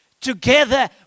Together